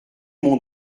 mon